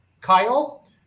Kyle